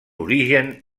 origen